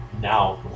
now